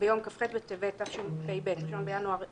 ביום כ"ח בטבת התשפ"ב בשנת 2022(1 בינואר 2022)